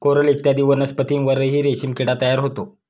coral इत्यादी वनस्पतींवरही रेशीम किडा तयार होतो